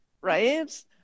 right